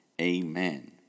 Amen